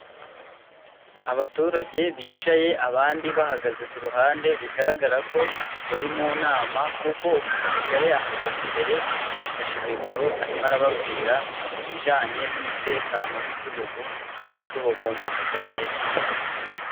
Abaturage bicaye abandi bahagaze ku ruhande bigaragarako bari mu nama, kuko umusirikare ahagaze imbere afashe mikoro arimo arababwira ibijyanye n'umutekano w'igihugu, n'uburyo bagomba kuzajya birinda.